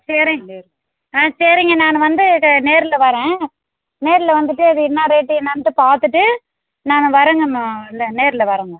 சரிங்க ஆ சரிங்க நான் வந்து நேரில் வரேன் நேரில் வந்துட்டு அது என்ன ரேட்டு என்னானுட்டு பார்த்துட்டு நான் வரேங்க நான் இல்லை நேரில் வரேங்க